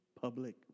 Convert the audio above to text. Public